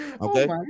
Okay